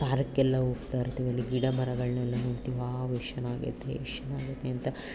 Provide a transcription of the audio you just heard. ಪಾರ್ಕಿಗೆಲ್ಲ ಹೋಗ್ತಾ ಇರ್ತೀವಿ ಅಲ್ಲಿ ಗಿಡ ಮರಗಳನ್ನೆಲ್ಲ ನೋಡ್ತೀವಿ ವಾವ್ ಎಷ್ಟು ಚೆನ್ನಾಗಿರುತ್ತೆ ಎಷ್ಟು ಚೆನ್ನಾಗಿರುತ್ತೆ ಅಂತ